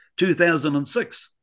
2006